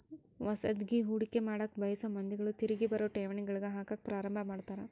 ಹೊಸದ್ಗಿ ಹೂಡಿಕೆ ಮಾಡಕ ಬಯಸೊ ಮಂದಿಗಳು ತಿರಿಗಿ ಬರೊ ಠೇವಣಿಗಳಗ ಹಾಕಕ ಪ್ರಾರಂಭ ಮಾಡ್ತರ